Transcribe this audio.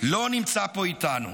לא נמצא פה איתנו.